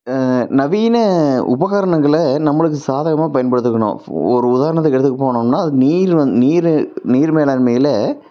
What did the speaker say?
நவீன உபகரணங்களில் நம்மளுக்கு சாதகமாக பயன்படுத்திக்கணும் ஒரு உதாரணத்துக்கு எடுத்துக்க போனோமுன்னா அதுக்கு நீர் வந்து நீர் மேலாண்மையில